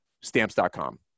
stamps.com